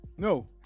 No